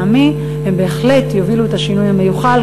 לטעמי הם בהחלט יובילו את השינוי המיוחל